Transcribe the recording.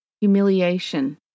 humiliation